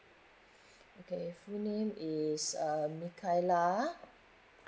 okay full name is um nikaila